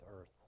earth